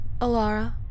Alara